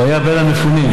הוא היה בין המפונים.